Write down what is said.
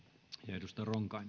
arvoisa